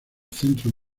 centro